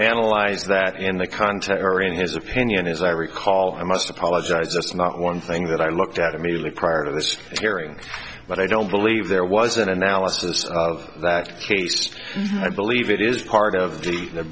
analyze that and the contents are in his opinion as i recall i must apologize just not one thing that i looked at immediately prior to this hearing but i don't believe there was an analysis of that case i believe it is part of the